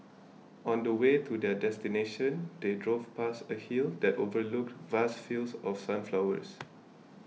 on the way to their destination they drove past a hill that overlooked vast fields of sunflowers